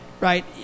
right